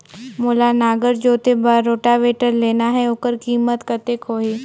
मोला नागर जोते बार रोटावेटर लेना हे ओकर कीमत कतेक होही?